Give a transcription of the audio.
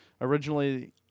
Originally